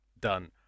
done